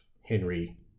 Henry